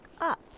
up